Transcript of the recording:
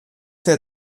der